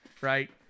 right